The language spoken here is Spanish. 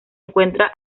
encuentra